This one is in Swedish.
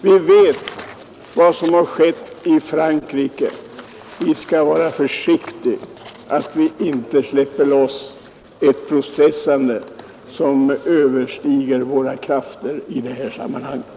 Vi vet vad som har skett i Frankrike, och vi skall vara försiktiga så att vi inte släpper loss ett processande, som överstiger våra krafter i det sammanhanget.